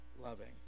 loving